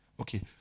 Okay